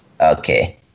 Okay